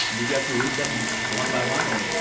you get to read them one by one?